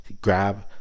Grab